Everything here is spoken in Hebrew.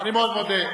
אני מאוד מודה.